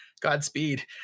Godspeed